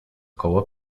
koło